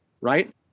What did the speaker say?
Right